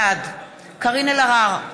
בעד קארין אלהרר,